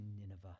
nineveh